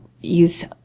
use